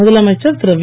முதலமைச்சர் திரு வி